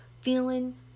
feeling